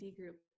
group